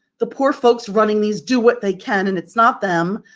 the poor folks running these do what they can and it's not them,